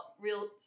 real